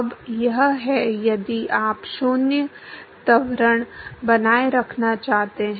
अब यह है यदि आप 0 त्वरण बनाए रखना चाहते हैं